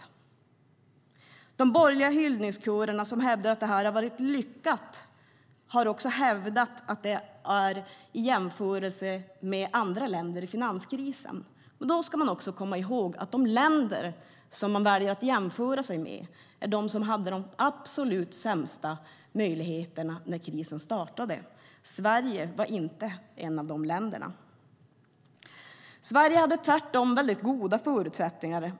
Sverige hade tvärtom mycket goda förutsättningar.